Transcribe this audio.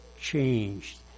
changed